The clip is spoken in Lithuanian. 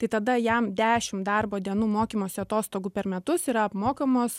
tai tada jam dešim darbo dienų mokymosi atostogų per metus yra apmokamos